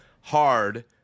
hard